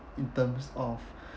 in terms of